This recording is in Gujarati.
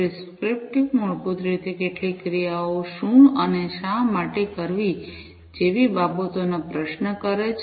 પ્રિસ્ક્રિપ્ટિવ મૂળભૂત રીતે કેટલીક ક્રિયાઓ શું અને શા માટે કરવા જેવી બાબતોને પ્રશ્ન કરે છે